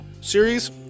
series